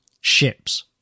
Ships